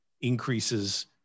increases